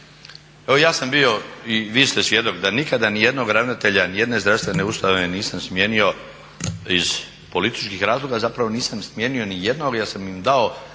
Evo ja sam bio i vi ste svjedok da nikada nijednog ravnatelja nijedne zdravstvene ustanove nisam smijenio iz političkih razloga, zapravo nisam smijenio nijednog jer sam im dao